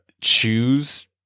choose